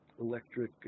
electric